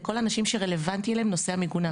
לכול האנשים שרלוונטי להם נושא המיגון האקוסטי.